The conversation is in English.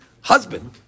husband